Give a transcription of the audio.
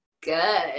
good